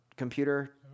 computer